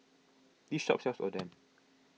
this shop sells Oden